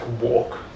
walk